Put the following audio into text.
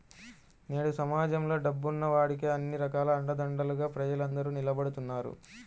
నేడు సమాజంలో డబ్బున్న వాడికే అన్ని రకాల అండదండలుగా ప్రజలందరూ నిలబడుతున్నారు